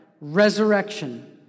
resurrection